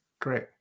Great